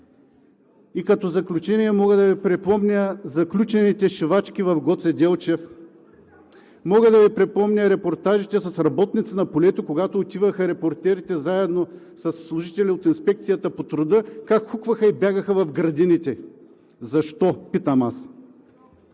В заключение, мога да Ви припомня заключените шивачки в Гоце Делчев, мога да Ви припомня репортажите с работниците на полето, а когато отиваха репортерите заедно със служители от Инспекцията по труда, как хукваха и бягаха в градините. Аз питам: